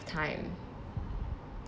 time